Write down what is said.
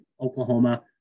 Oklahoma